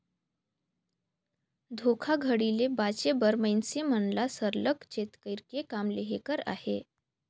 धोखाघड़ी ले बाचे बर मइनसे मन ल सरलग चेत कइर के काम लेहे कर अहे